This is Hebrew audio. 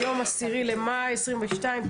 היום 10 במאי 2022,